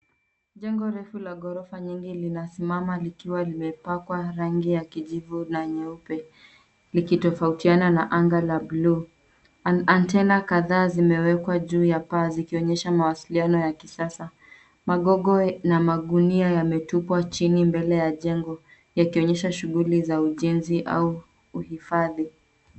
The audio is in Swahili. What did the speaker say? Jengo refu la ghorofa nyingi linasimama likiwa limapakwa rangi ya kijivu na nyeupe, likitofautiana na anga la buluu. Antena kadhaa yamewekwa juu ya paa zikionyesha mawasiliano ya kisasa. Magogo na magunia yametupwa chini mbele ya jengo yakionyesha shughuli za ujenzi au uhifadhi.